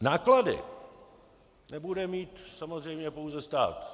Náklady nebude mít samozřejmě pouze stát.